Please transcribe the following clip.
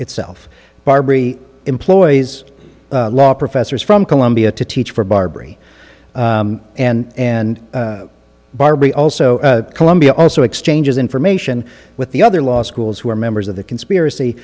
itself barbary employees law professors from columbia to teach for barbary and and barbie also columbia also exchanges information with the other law schools who are members of the conspiracy